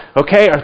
okay